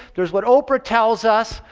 there is what oprah tells us.